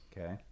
okay